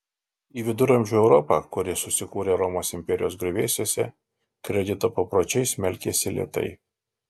į viduramžių europą kuri susikūrė romos imperijos griuvėsiuose kredito papročiai smelkėsi lėtai